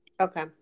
Okay